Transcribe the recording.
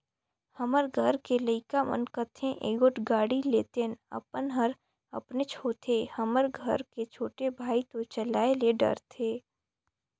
हमर घर के लइका मन कथें एगोट गाड़ी लेतेन अपन हर अपनेच होथे हमर घर के छोटे भाई तो चलाये ले डरथे